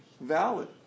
valid